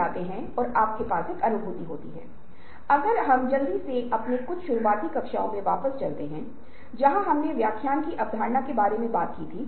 business स्कूलों के छात्रों को बुलाया गया था उन्हें समस्या दी गई थी